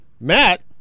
Matt